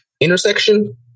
intersection